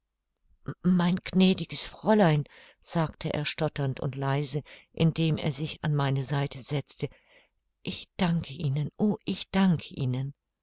mein gnädiges fräulein sagte er stotternd und leise indem er sich an meine seite setzte ich danke ihnen o ich danke ihnen